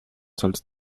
solltest